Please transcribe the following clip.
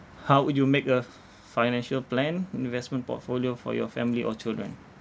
how would you make a f~ financial plan investment portfolio for your family or children